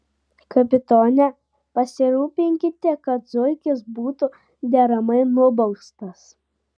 kapitone pasirūpinkite kad zuikis būtų deramai nubaustas